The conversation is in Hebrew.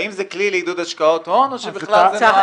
האם זה כלי לעידוד השקעות הון או שבכלל זה נועד לעניין של עודף מס.